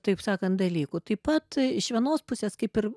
taip sakant dalykų taip pat iš vienos pusės kaip ir